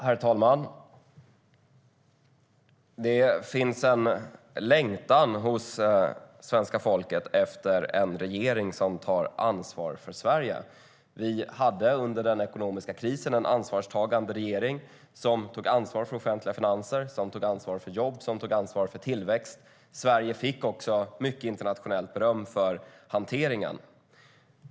Herr talman! Det finns en längtan hos svenska folket efter en regering som tar ansvar för Sverige. Vi hade under den ekonomiska krisen en ansvarstagande regering som tog ansvar för offentliga finanser, jobb och tillväxt. Sverige fick också mycket internationellt beröm för hanteringen.